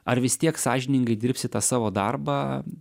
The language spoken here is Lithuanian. ar vis tiek sąžiningai dirbsi tą savo darbą